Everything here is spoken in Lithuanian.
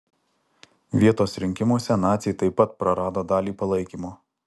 vietos rinkimuose naciai taip pat prarado dalį palaikymo